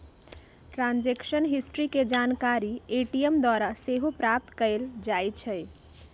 transaction history के जानकारी ATM द्वारा सेहो प्राप्त कएल जाइ छइ